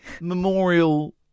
Memorial